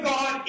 God